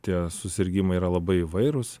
tie susirgimai yra labai įvairūs